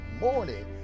morning